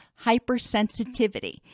hypersensitivity